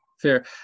fair